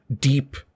deep